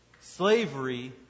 Slavery